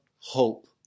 hope